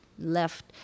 left